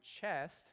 chest